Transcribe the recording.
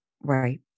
Right